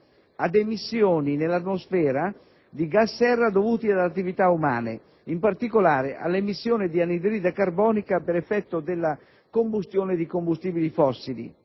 ad emissioni nell'atmosfera di gas serra dovuti ad attività umane, in particolare all'emissione di anidride carbonica per effetto della combustione di combustibili fossili,